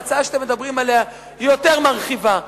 ההצעה שאתם מדברים עליה היא מרחיבה יותר.